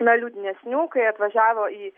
na liūdnesnių kai atvažiavo į